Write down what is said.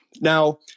Now